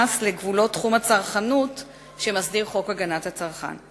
לגבולות תחום הצרכנות שחוק הגנת הצרכן מסדיר.